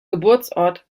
geburtsort